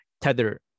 Tether